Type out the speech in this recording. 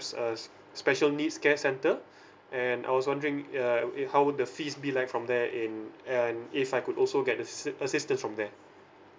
a special needs care centre and I was wondering uh it how would the fees be like from there in and if I could also get assistance assistance from there